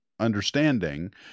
understanding